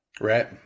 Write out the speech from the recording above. Right